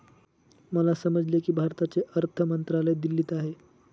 मला समजले की भारताचे अर्थ मंत्रालय दिल्लीत आहे